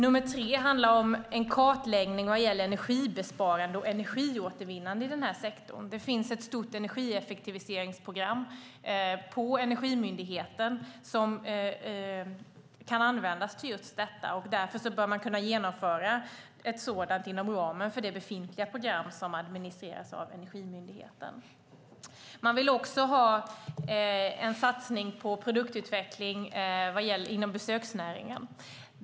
Sedan handlar det om en kartläggning vad gäller energibesparande och energiåtervinnande i den här sektorn. Det finns ett stort energieffektiviseringsprogram på Energimyndigheten som kan användas till just detta. Därför bör man kunna genomföra en sådan inom ramen för det befintliga program som administreras av Energimyndigheten. Man vill också ha en satsning på produktutveckling inom besöksnäringen.